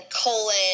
colon